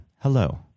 hello